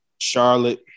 Charlotte